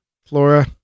Flora